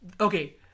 Okay